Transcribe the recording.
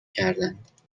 کردند